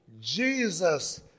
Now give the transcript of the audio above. Jesus